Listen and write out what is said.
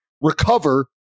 recover